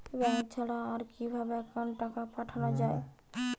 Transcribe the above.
Bank ছাড়া আর কিভাবে একাউন্টে টাকা পাঠানো য়ায়?